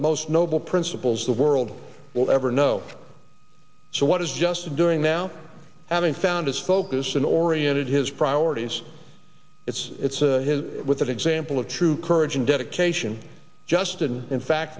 most noble principles the world will ever know so what is just doing now having found his focus in oriented his priorities it's his with an example of true courage and dedication justin in fact